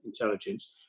intelligence